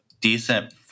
decent